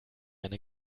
eine